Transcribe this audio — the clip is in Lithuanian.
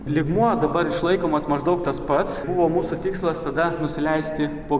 lygmuo dabar išlaikomas maždaug tas pats buvo mūsų tikslas tada nusileisti po